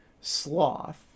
Sloth